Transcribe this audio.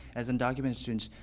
as undocumented students,